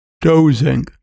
Dozing